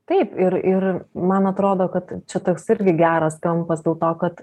taip ir ir man atrodo kad čia toks irgi geras kampas dėl to kad